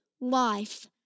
life